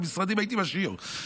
את המשרדים הייתי משאיר.